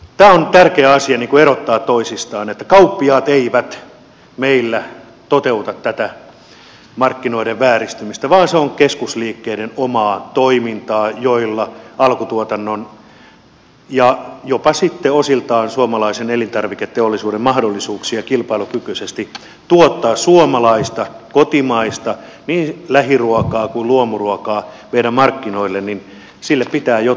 on tärkeä asia erottaa toisistaan että kauppiaat eivät meillä toteuta tätä markkinoiden vääristymistä vaan se on keskusliikkeiden omaa toimintaa joka vaikuttaa alkutuotannon ja jopa sitten osiltaan suomalaisen elintarviketeollisuuden mahdollisuuksiin kilpailukykyisesti tuottaa meidän markkinoille kotimaista suomalaista niin lähiruokaa kuin luomuruokaa ja sille pitää jotain tehdä